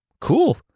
cool